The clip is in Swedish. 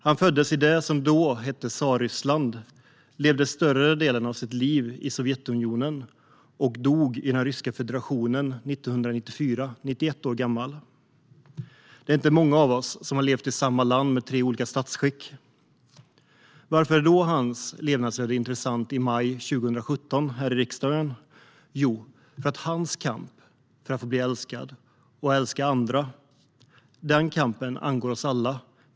Han föddes i det som då hette Tsarryssland, levde större delen av sitt liv i Sovjetunionen och dog i Ryska federationen 1994, 91 år gammal. Det är inte många av oss som har levt i samma land under tre olika statsskick. Varför är hans levnadsöde intressant i maj 2017? Jo, för att hans kamp för att få älska och bli älskad angår oss alla.